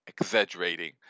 exaggerating